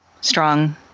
strong